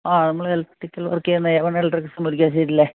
ആ നമ്മൾ electrical work ചെയ്യുന്ന എ വൺ ഇലക്ട്രിക്ക് മുരിക്കാശ്ശേരിയിലെ